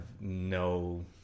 no